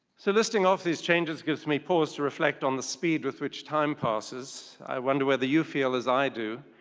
so listing off these changes gives me pause to reflect on the speed with which time passes. i wonder whether you feel as i do.